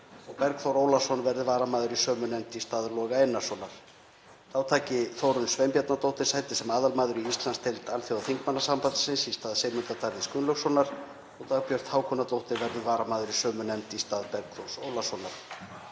og Bergþór Ólason verði varamaður í sömu nefnd í stað Loga Einarssonar. Þá taki Þórunn Sveinbjarnardóttir sæti sem aðalmaður í Íslandsdeild Alþjóðaþingmannasambandsins í stað Sigmundar Davíðs Gunnlaugssonar og Dagbjört Hákonardóttir verður varamaður í sömu nefnd í stað Bergþórs Ólasonar.